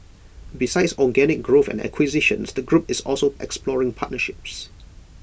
besides organic growth and acquisitions the group is also exploring partnerships